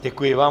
Děkuji vám.